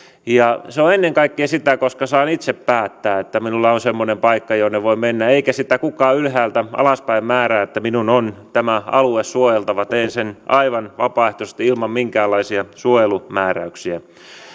se on sitä ennen kaikkea siksi että saan itse päättää että minulla on on semmoinen paikka jonne voin mennä eikä sitä kukaan ylhäältä alaspäin määrää että minun on tämä alue suojeltava teen sen aivan vapaaehtoisesti ilman minkäänlaisia suojelumääräyksiä